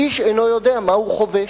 איש אינו יודע מהו חובש: